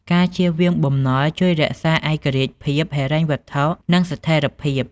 ការជៀសវាងបំណុលជួយរក្សាឯករាជ្យភាពហិរញ្ញវត្ថុ និងស្ថេរភាព។